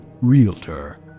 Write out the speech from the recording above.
Realtor